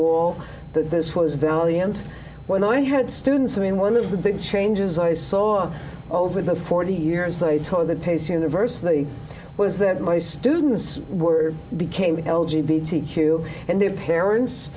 stonewall that this was valiant when i had students i mean one of the big changes i saw over the forty years later the pace university was that my students were became l g b t q and their parents